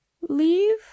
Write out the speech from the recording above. leave